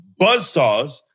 buzzsaws